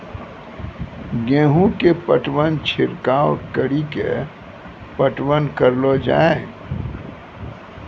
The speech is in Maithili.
गेहूँ के पटवन छिड़काव कड़ी के पटवन करलो जाय?